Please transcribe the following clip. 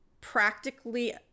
practically